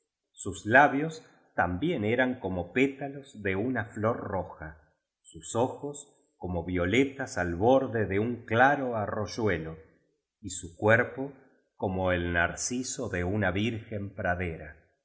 sus la bios también eran como petalos de una flor roja sus ojos como violetas al borde de un claro arroyuelo y su cuerpo como el narciso de una virgen pradera